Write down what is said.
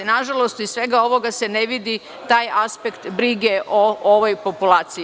Nažalost iz svega ovoga se ne vidi taj aspekt brige o ovoj populaciji.